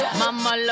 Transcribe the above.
mama